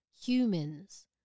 humans